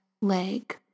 leg